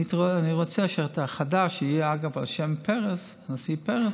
אני רוצה שהחדש, שיהיה, אגב, על שם הנשיא פרס,